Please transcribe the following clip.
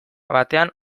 batean